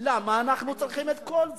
למה אנחנו צריכים את כל זה?